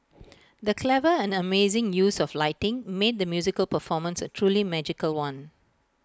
the clever and amazing use of lighting made the musical performance A truly magical one